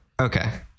okay